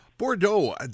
Bordeaux